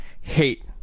hate